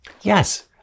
Yes